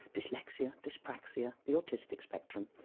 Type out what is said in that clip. dyslexia, dyspraxia, the autistic spectrum.